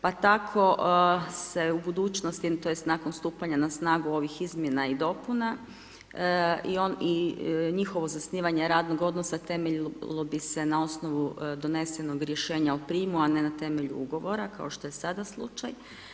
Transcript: Pa tako se u budućnosti, tj. nakon stupanja na snagu ovih izmjena i dopuna i njihovo zasnivanje radnog odnosa temeljilo bi se na osnovu donesenog rješenja o prijemu a ne na temelju ugovora kao što je sada slučaj.